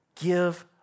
give